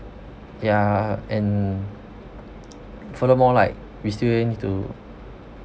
ya and furthermore like we still need to